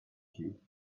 you